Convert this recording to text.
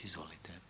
Izvolite.